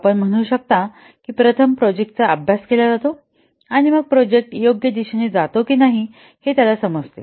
आपण म्हणू शकता की प्रथम प्रोजेक्टचा अभ्यास केला जातो आणि मग प्रोजेक्ट योग्य दिशेने जातो आहे कि नाही हे समजते